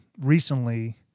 recently